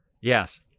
Yes